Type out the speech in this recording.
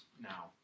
now